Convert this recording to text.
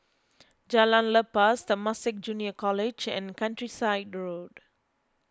Jalan Lepas Temasek Junior College and Countryside Road